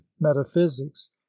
metaphysics